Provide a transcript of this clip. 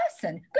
person